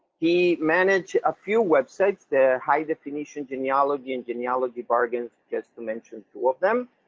he manage a few websites, the high definition genealogy and genealogy bargains, just to mention two of them.